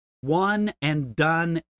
one-and-done